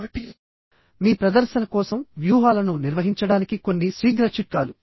కాబట్టిమీ ప్రదర్శన కోసం వ్యూహాలను నిర్వహించడానికి కొన్ని శీఘ్ర చిట్కాలు